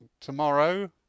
tomorrow